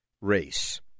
race